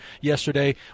yesterday